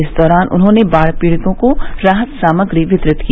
इस दौरान उन्होंने बाढ़ पीड़ितों को राहत सामग्री वितरित की